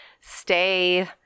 stay